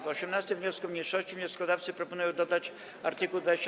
W 18. wniosku mniejszości wnioskodawcy proponują dodać art. 22a.